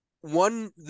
One